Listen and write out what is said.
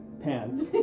pants